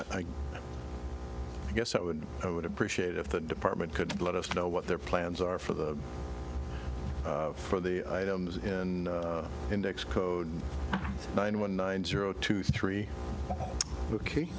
i guess i would i would appreciate if the department could let us know what their plans are for the for the items in the index code nine one nine zero two three ok